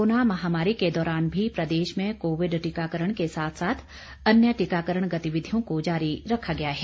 corona महामारी के दौरान भी प्रदेश में कोविड टीकाकरण के साथ साथ अन्य टीकाकरण गतिविधियों को जारी रखा गया है